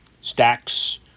Stacks